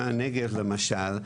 למשל,